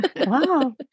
wow